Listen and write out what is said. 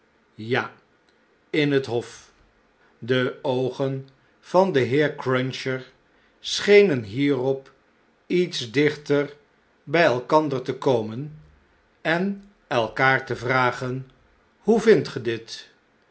ja in het hof de oogen van den heer cruncher schenen hierop iets dichter bjj elkander te komen en elkaar te vragen hoe vindt ge dit